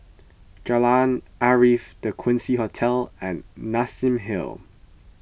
Jalan Arif the Quincy Hotel and Nassim Hill